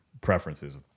preferences